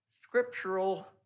scriptural